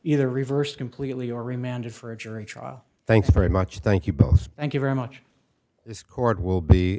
either reversed completely or remanded for a jury trial thank you very much thank you both thank you very much this court will be